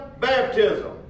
baptism